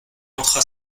entra